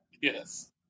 yes